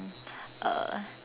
uh